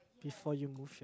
before you move